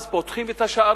אז פותחים את השערים,